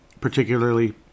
particularly